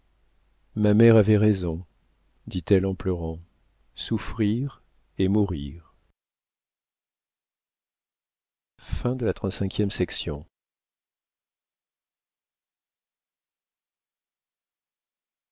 ma mère avait raison dit-elle en pleurant souffrir et mourir